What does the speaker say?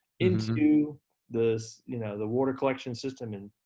into the, you know, the water collection system, and